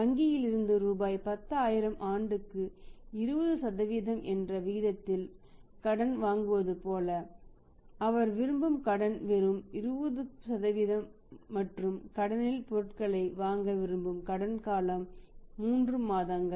வங்கியில் இருந்து ரூபாய் 10000 ஆண்டுக்கு 20 என்ற விகிதத்தில் கடன் வாங்குவது போல அவர் விரும்பும் கடன் வெறும் 20 மற்றும் கடனில் பொருட்களை வாங்க விரும்பும் கடன் காலம் 3 மாதங்கள்